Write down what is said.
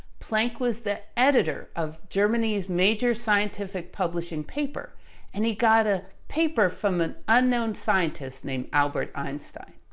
planck was the editor of germany's major scientific publishing paper and he got a paper from an unknown scientist named albert einstein.